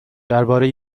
درباره